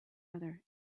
other